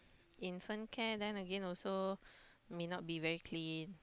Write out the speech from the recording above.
infant care then again also may not be very clean